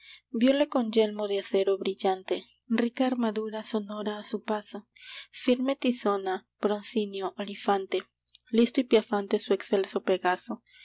vióle con yelmo de acero brillante rica armadura sonora a su paso firme tizona broncíneo olifante listo y piafante su excelso pegaso